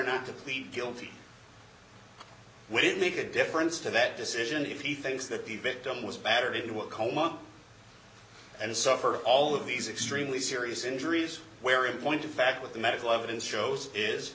plead guilty will make a difference to that decision if he thinks that the victim was battered into a coma and suffer all of these extremely serious injuries where in point of fact what the medical evidence shows is